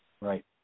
Right